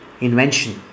invention